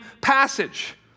passage